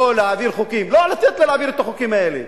לא, לתת לה להעביר את החוקים האלה.